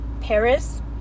Paris